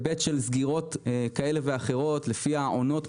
היבט של סגירות ביטחוניות כאלה ואחרות לפי העונות.